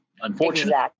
Unfortunately